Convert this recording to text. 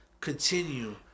continue